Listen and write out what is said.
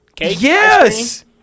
Yes